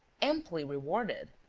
amply rewarded.